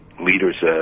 leaders